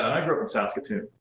i grew up in saskatoon.